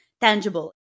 tangible